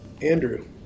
Andrew